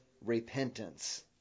repentance